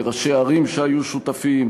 לראשי ערים שהיו שותפים,